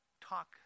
talk